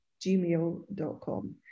gmail.com